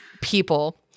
people